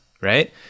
Right